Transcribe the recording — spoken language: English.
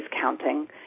counting